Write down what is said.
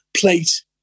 Plate